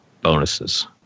bonuses